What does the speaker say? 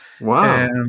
Wow